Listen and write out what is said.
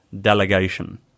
delegation